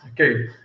Okay